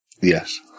Yes